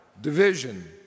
division